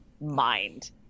mind